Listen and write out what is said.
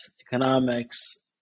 economics